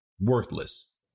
worthless